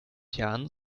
jahren